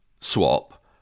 swap